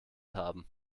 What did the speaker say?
haben